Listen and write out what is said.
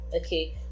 okay